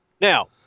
Now